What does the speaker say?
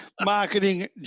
Marketing